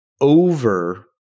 over